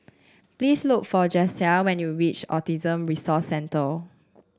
please look for Jasiah when you reach Autism Resource Centre